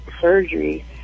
surgery